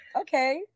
okay